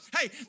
Hey